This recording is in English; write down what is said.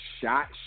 shot